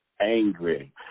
angry